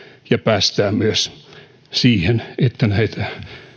ja päästään myös siihen että näitä